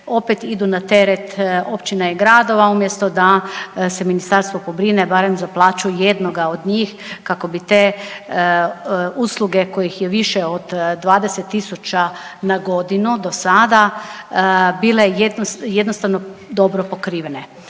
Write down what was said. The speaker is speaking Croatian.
opet idu na teret općina i gradova umjesto da se ministarstvo pobrine barem za plaću jednoga od njih kako bi te usluge kojih je više od 20.000 na godinu do sada bile jednostavno dobro pokrivene.